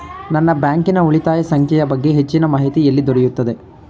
ನನ್ನ ಬ್ಯಾಂಕಿನ ಉಳಿತಾಯ ಸಂಖ್ಯೆಯ ಬಗ್ಗೆ ಹೆಚ್ಚಿನ ಮಾಹಿತಿ ಎಲ್ಲಿ ದೊರೆಯುತ್ತದೆ?